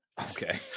Okay